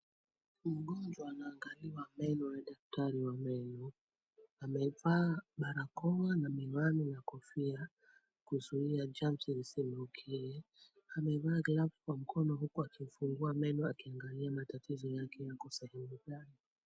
Mgonjwa ana angaliwa meno na daktari wa meno, amevaa barakoa na miwani na kofia kuzuia germs zisimrukie. Amevaa glavu kwa mikono huku akimfungua meno akuangaloa matatizo yake yako sehemu gani.